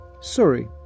Sorry